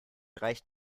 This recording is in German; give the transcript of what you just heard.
reicht